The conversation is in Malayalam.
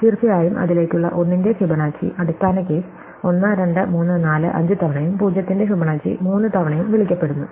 തീർച്ചയായും അതിലേക്കുള്ള 1 ന്റെ ഫിബൊനാച്ചി അടിസ്ഥാന കേസ് 1 2 3 4 5 തവണയും 0 ന്റെ ഫിബൊനാച്ചി 3 തവണയും വിളിക്കപ്പെടുന്നു